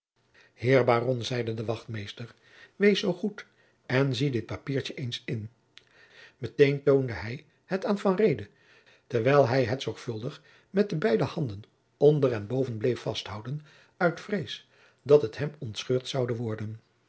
heer baron zeide de wachtmeester wees zoo goed en zie dit papiertje eens in met een toonde hij het aan van reede terwijl hij het zorgvuldig met de beide handen onder en boven bleef vasthouden uit vrees dat het hem ontscheurd zoude worden